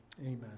Amen